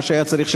מה שהיה צריך,